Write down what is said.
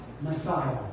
Messiah